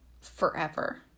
forever